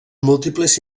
múltiples